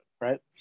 right